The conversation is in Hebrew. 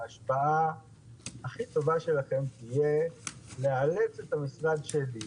ההשפעה הכי טובה שלכם תהיה לאלץ את המשרד שלי